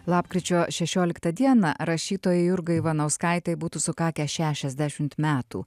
lapkričio šešioliktą dieną rašytojai jurgai ivanauskaitei būtų sukakę šešiadešimt metų